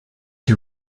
who